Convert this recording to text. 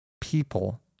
people